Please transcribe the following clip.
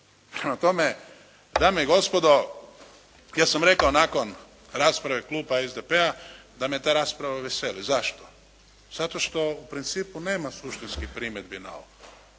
Prema tome, dame i gospodo, ja sam rekao nakon rasprave kluba SDP-a da me ta rasprava veseli. Zašto? Zato što u principu nema suštinskih primjedbi na ovo.